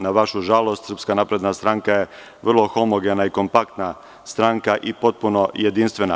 Na vašu žalost SNS je vrlo homogena i kompaktna stranka i potpuno jedinstvena.